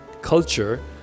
Culture